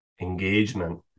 engagement